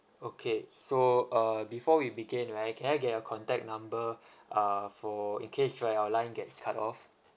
okay so uh before we begin right can I get your contact number uh for in case right our line gets cut off